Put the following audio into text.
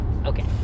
Okay